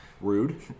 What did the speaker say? Rude